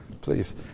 please